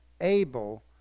able